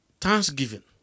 thanksgiving